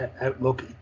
outlook